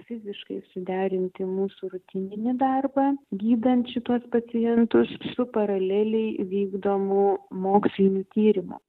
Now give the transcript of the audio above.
fiziškai suderinti mūsų rutininį darbą gydant šituos pacientus su paraleliai vykdomu moksliniu tyrimu